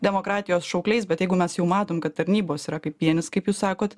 demokratijos šaukliais bet jeigu mes jau matom kad tarnybos yra kaip vienis kaip jūs sakot